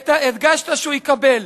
הדגשת שהוא יקבל.